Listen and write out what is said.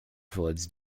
floods